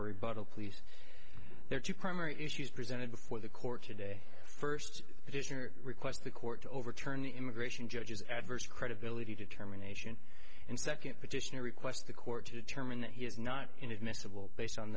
rebuttal please there are two primary issues presented before the court today first edition or request the court to overturn the immigration judges adverse credibility determination and second petition to request the court to determine that he is not inadmissible based on